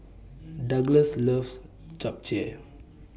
Douglass loves Japchae